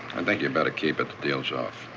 and think you better keep it. the deal's off.